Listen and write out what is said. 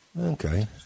Okay